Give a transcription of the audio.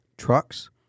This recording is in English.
Trucks